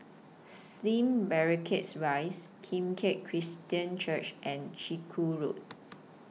Slim Barracks Rise Kim Keat Christian Church and Chiku Road